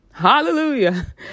hallelujah